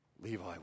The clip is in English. Levi